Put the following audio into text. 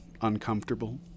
uncomfortable